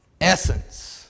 essence